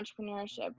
entrepreneurship